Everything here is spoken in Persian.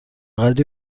قدری